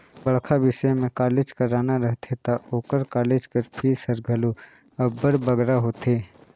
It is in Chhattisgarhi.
बड़खा बिसे में कॉलेज कराना रहथे ता ओकर कालेज कर फीस हर घलो अब्बड़ बगरा होथे